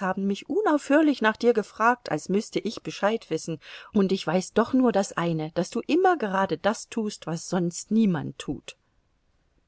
haben mich unaufhörlich nach dir gefragt als müßte ich bescheid wissen und ich weiß doch nur das eine daß du immer gerade das tust was sonst niemand tut